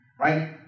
right